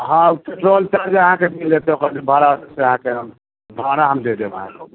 हँ petrol charge अहाँके मिलत ओकर जे भाड़ा से अहाँके भाड़ा हम दऽ देब अहाँके ओकर